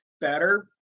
better